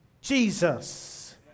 Jesus